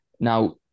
Now